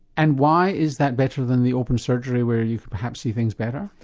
and why is that better than the open surgery where you could perhaps see things better?